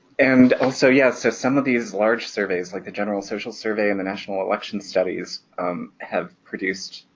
and also yes, so some of these large surveys like the general social survey and the national election studies have produced,